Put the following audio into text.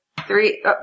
three